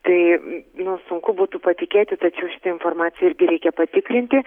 tai nu sunku būtų patikėti tačiau informaciją irgi reikia patikrinti